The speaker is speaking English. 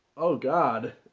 oh god.